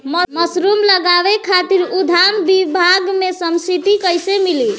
Mushroom लगावे खातिर उद्यान विभाग से सब्सिडी कैसे मिली?